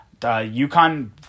UConn